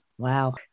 Wow